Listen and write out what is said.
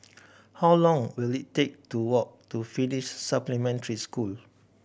how long will it take to walk to Finnish Supplementary School